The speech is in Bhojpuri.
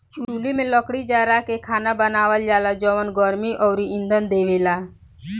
चुल्हि में लकड़ी जारा के खाना बनावल जाला जवन गर्मी अउरी इंधन देवेला